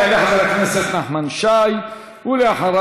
יעלה חבר